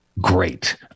great